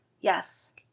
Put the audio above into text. Yes